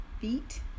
feet